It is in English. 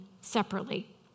separately